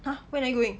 !huh! when are you going